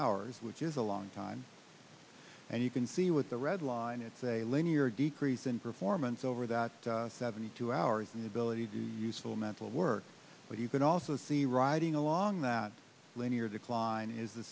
hours which is a long time and you can see with the red line it's a linear decrease in performance over that seventy two hours inability to useful mental work but you can also see riding along that linear decline is a